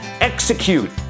execute